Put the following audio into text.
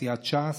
סיעת ש"ס,